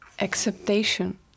acceptation